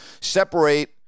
separate